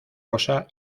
rosa